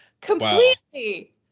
completely